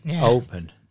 Open